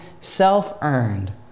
self-earned